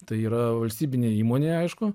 tai yra valstybinė įmonė aišku